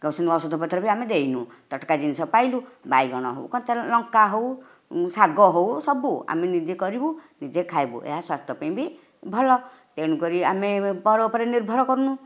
କୌଣସି ଔଷଧ ପତ୍ର ବି ଆମେ ଦେଇନୁ ତଟକା ଜିନିଷ ପାଇଲୁ ବାଇଗଣ ହେଉ କଞ୍ଚାଲଙ୍କା ହେଉ ଶାଗ ହେଉ ସବୁ ଆମେ ନିଜେ କରିବୁ ନିଜେ ଖାଇବୁ ଏହା ସ୍ବାସ୍ଥ୍ୟ ପାଇଁ ବି ଭଲ ତେଣୁକରି ଆମେ ପର ଉପରେ ନିର୍ଭର କରୁନାହୁଁ